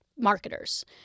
marketers